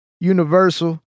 Universal